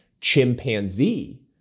chimpanzee